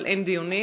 אבל אין דיונים.